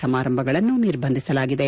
ಸಮಾರಂಭಗಳನ್ನು ನಿರ್ಬಂಧಿಸಲಾಗಿದೆ